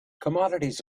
commodities